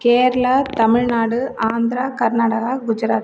Kerala Tamil Nadu Andhra Karnataka Gujarat